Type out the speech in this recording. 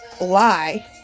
lie